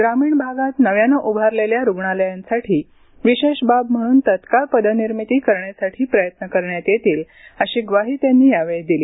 ग्रामीण भागात नव्यानं उभारलेल्या रुग्णालयांसाठी विशेष बाब म्हणून तत्काळ पदनिर्मिती करण्यासाठी प्रयत्न करण्यात येतील अशी ग्वाही त्यांनी यावेळी दिली